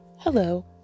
Hello